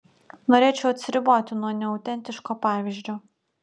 norėčiau atsiriboti nuo neautentiško pavyzdžio